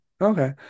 Okay